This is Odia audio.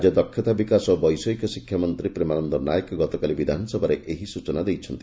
ରାଜ୍ୟ ଦକ୍ଷତା ବିକାଶ ଓ ବୈଷୟିକ ଶିକ୍ଷାମନ୍ତୀ ପ୍ରେମାନନ୍ଦ ନାୟକ ଗତକାଲି ବିଧାନସଭାରେ ଏହି ସୂଚନା ଦେଇଛନ୍ତି